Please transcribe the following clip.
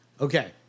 Okay